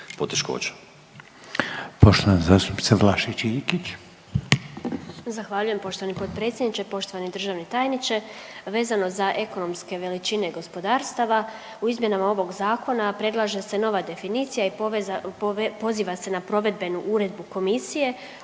Iljkić, Martina (SDP)** Zahvaljujem poštovani potpredsjedniče. Poštovani državni tajniče, vezano za ekonomske veličine gospodarstava u izmjenama ovog zakona predlaže se nova definicija i poziva se na provedbenu uredbu komisije